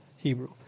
Hebrew